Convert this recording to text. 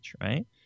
right